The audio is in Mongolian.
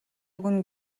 өгнө